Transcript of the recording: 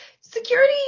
security